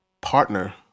partner